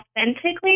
authentically